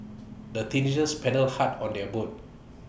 the teenagers paddled hard on their boat